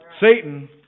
Satan